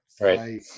right